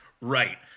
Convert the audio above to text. Right